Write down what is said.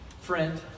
friend